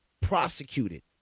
prosecuted